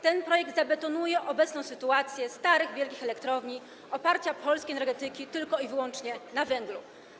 Ten projekt zabetonuje obecną sytuację: stare, wielkie elektrownie, oparcie polskiej energetyki tylko i wyłącznie na węglu.